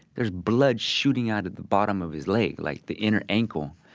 there's blood shooting out of the bottom of his leg, like the inner ankle,